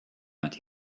that